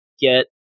get